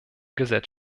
gesetz